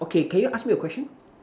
okay can you ask me a question